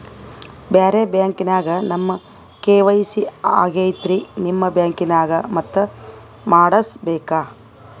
ಬ್ಯಾರೆ ಬ್ಯಾಂಕ ನ್ಯಾಗ ನಮ್ ಕೆ.ವೈ.ಸಿ ಆಗೈತ್ರಿ ನಿಮ್ ಬ್ಯಾಂಕನಾಗ ಮತ್ತ ಮಾಡಸ್ ಬೇಕ?